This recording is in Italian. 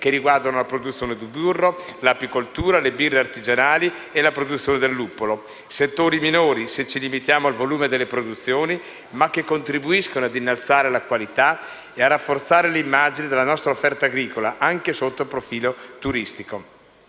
che riguardano la produzione di burro, l'apicoltura, le birre artigianali e la produzione del luppolo: settori minori, se ci limitiamo al volume delle produzioni, ma che contribuiscono ad innalzare la qualità e a rafforzare l'immagine della nostra offerta agricola, anche sotto il profilo turistico.